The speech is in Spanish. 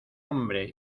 hombre